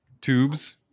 Tubes